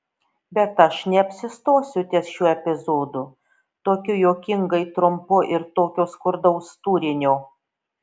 bet aš neapsistosiu ties šiuo epizodu tokiu juokingai trumpu ir tokio skurdaus turinio